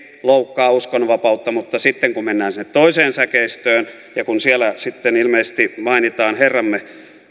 loukkaa uskonnonvapautta mutta sitten kun mennään sinne toiseen säkeistöön ja kun siellä sitten ilmeisesti mainitaan herramme